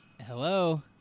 Hello